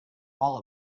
all